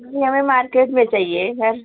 नहीं हमें मार्केट में चाहिए घर